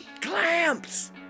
Clamps